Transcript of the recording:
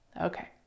Okay